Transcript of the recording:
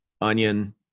onion